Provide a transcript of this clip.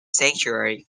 sanctuary